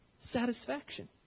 satisfaction